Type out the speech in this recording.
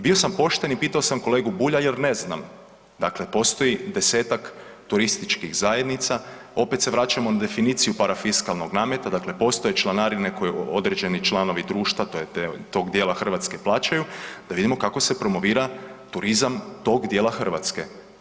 Bio sam pošten i pitao sam kolegu Bulja jer ne znam, dakle postoji desetak turističkih zajednica, opet se vraćamo na definiciju parafiskalnog nameta, dakle postoje članarine koje određeni članovi društva, to je, tog dijela Hrvatske plaćaju, da vidimo kako se promovira turizam tog dijela Hrvatske.